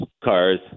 cars